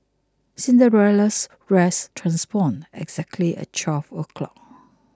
cinderella's dress transformed exactly at twelve o' clock